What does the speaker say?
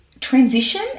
transition